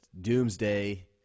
doomsday